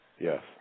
Yes